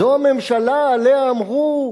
זו הממשלה שעליה אמרו: